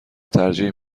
ترجیح